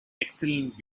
excellent